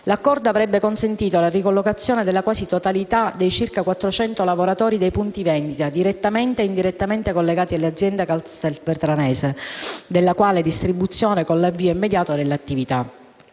L'accordo avrebbe consentito la ricollocazione della quasi totalità dei circa 400 lavoratori dei punti vendita direttamente e indirettamente collegati all'azienda castelvetranese della grande distribuzione, con l'avvio immediato dell'attività.